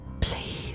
Please